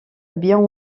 bien